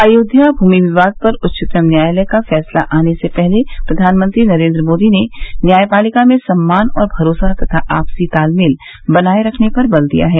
अयोध्या भूमि विवाद पर उच्चतम न्यायालय का फैसला आने से पहले प्रधानमंत्री नरेन्द्र मोदी ने न्यायपालिका में सम्मान और भरोसा तथा आपसी तालमेल बनाए रखने पर बल दिया है